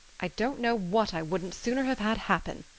i don't know what i wouldn't sooner have had happen,